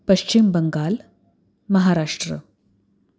Paschim Bangal Maharashtra